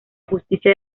justicia